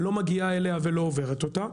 לא מגיעה אליה ולא עוברת אותה.